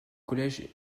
collège